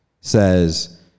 says